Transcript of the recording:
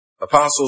apostles